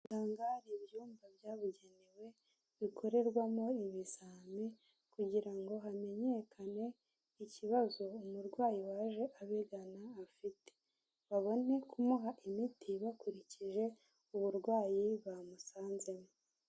Kwa muganga n'ibyumba byabugenewe bikorerwamo ibizami, kugira ngo hamenyekane ikibazo umurwayi waje abigani afite, babone kumuha imiti bakurikije uburwayi bamusanzemo.